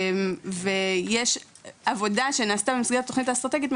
ויש עבודה שנעשתה במסגרת התוכנית האסטרטגית,